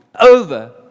over